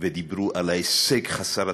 ודיברו על ההישג חסר התקדים,